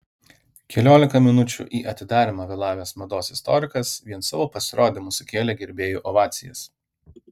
keliolika minučių į atidarymą vėlavęs mados istorikas vien savo pasirodymu sukėlė gerbėjų ovacijas